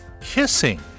kissing